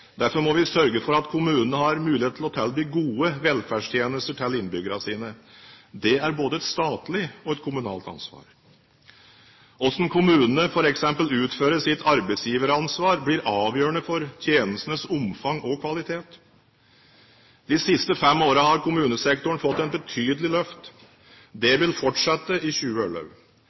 Derfor må vi sørge for at kommunene har mulighet til å tilby gode velferdstjenester til innbyggerne sine. Det er både et statlig og et kommunalt ansvar. Hvordan kommunene f.eks. utfører sitt arbeidsgiveransvar, blir avgjørende for tjenestenes omfang og kvalitet. De siste fem årene har kommunesektoren fått et betydelig løft. Det vil fortsette i 2011.